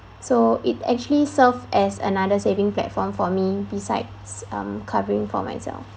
so it actually serve as another saving platform for me besides um covering for myself